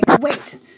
wait